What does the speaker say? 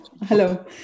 Hello